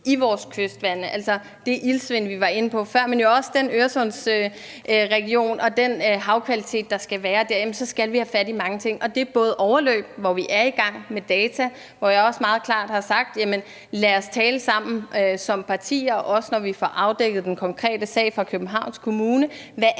i vores kystvande. Hvad angår det iltsvind, vi var inde på før, men jo også Øresundsregionen og den havkvalitet, der skal være der, skal vi have fat i mange ting. Og det gælder bl.a. overløb, hvor vi er i gang med data, og hvor jeg også meget klart har sagt: Lad os tale sammen som partier, også når vi får afdækket den konkrete sag fra Københavns Kommune,